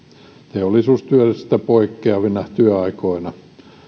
teollisuustyöstä poikkeavina työaikoina